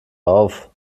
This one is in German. auf